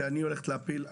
להפיל.